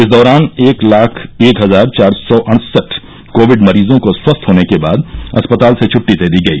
इस दौरान एक लाख एक हजार चार सौ अड़सठ कोविड मरीजों को स्वस्थ होने के बाद अस्पताल से छुट्टी दे दी गई